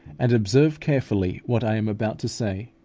and observe carefully what i am about to say,